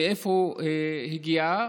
מאיפה היא הגיעה?